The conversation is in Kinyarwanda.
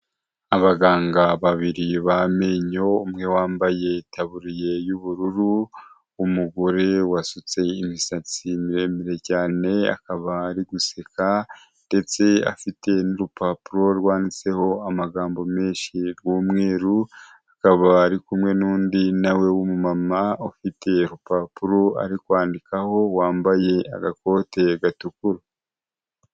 Abaganga babiri b'amenyo, umwe wambaye itaburiya y'ubururu, umugore wasutse imisatsi miremire cyane akaba ari guseka ndetse afite n'urupapuro rwanditseho amagambo menshi rw'umweru akaba ari kumwe n'undi nawe w'umumama ufite urupapuro ari kwandikaho wambaye agakote gatukura.